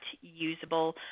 usable